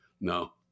No